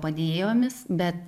padėjėjomis bet